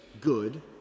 good